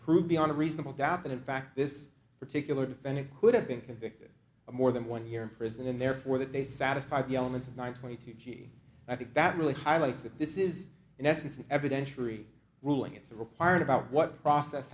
prove beyond a reasonable doubt that in fact this particular defendant could have been convicted of more than one year in prison and therefore that they satisfy the elements of nine twenty two g i think that really highlights that this is in essence an evidentiary ruling it's required about what process